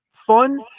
Fun